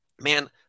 Man